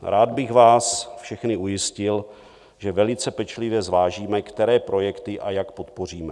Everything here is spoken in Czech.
Rád bych vás všechny ujistil, že velice pečlivě zvážíme, které projekty a jak podpoříme.